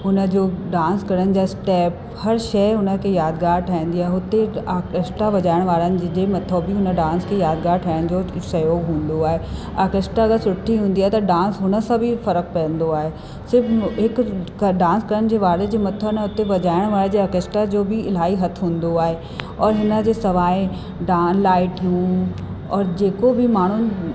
हुनजो डांस करण जा स्टैप हर शइ उन खे यादगार ठहींदी आहे हुते ऑर्कैस्टा वजाइण वारनि जे मथो बि हुन डांस खे यादगार ठहिण जो सहयोगु हूंदो आहे ऑर्कैस्ट्रा त सुठी हूंदी आहे त डांस हुनसां बि फर्क़ु पवंदो आहे सिर्फ़ु हिकु डांस करण जे वारे जे मथो न हुते वजाइण वारे जे ऑर्कैस्ट्रा जो बि इलाही हथ हूंदो आहे और हिनजे सवाइ डा लाइटियूं और जेको बि माण्हूनि